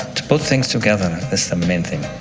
to put things together this the main thing.